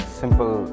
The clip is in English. simple